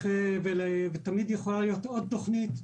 ויכולה להיות עוד תכנית.